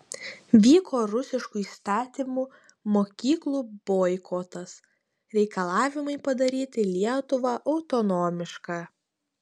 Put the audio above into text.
vyko rusiškų įstatymų mokyklų boikotas reikalavimai padaryti lietuvą autonomišką